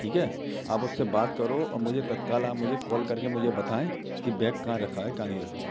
ठीक है आप उससे बात करो और मुझे तत्काल आप मुझे कॉल करके मुझे बताएं कि बैग कहाँ रखा है क्या नहीं रखा